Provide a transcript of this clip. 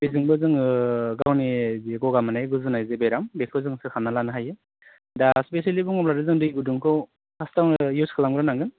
बेजोंबो जोङो गावनि जि गगा मोन्नाय गुजुनाय जि बेराम बेखौ जों सोखाना लानो हायो दा स्पिसियेलि बुङोब्लाथ' जों दै गुदुंखौ फार्स्टयावनो इउस खालामग्रोनांगोन